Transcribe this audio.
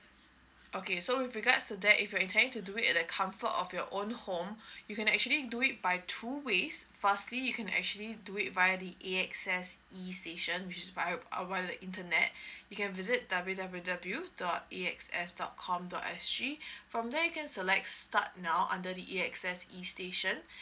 okay so with regards to that if you intending to do it at the comfort of your own home you can actually do it by two ways firstly you can actually do it via the A_X_S E station which is via uh via the internet you can visit W W W dot A X S dot com dot S G from there you can select start now under the A_X_S E station